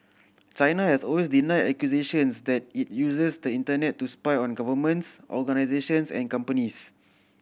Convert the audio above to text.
China has always denied accusations that it uses the Internet to spy on governments organisations and companies